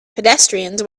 pedestrians